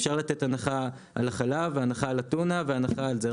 אפשר לתת הנחה על החלב והנחה על הטונה והנחה על זה,